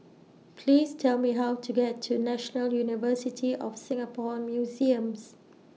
Please Tell Me How to get to National University of Singapore Museums